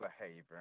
behavior